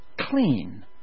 clean